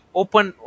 open